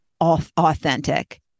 authentic